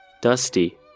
Dusty